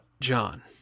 John